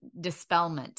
dispelment